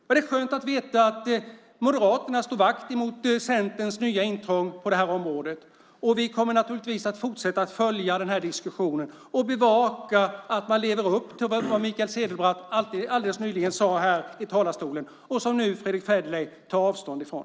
Och det är skönt att veta att Moderaterna står på vakt mot Centerns nya intrång på det här området, och vi kommer naturligtvis att fortsätta följa den här diskussionen och bevaka att man lever upp till det som Mikael Cederbratt alldeles nyligen sade här i talarstolen och som nu Fredrick Federley tar avstånd ifrån.